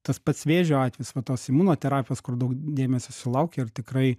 tas pats vėžio atvejis va tos imunoterapijos kur daug dėmesio sulaukia ir tikrai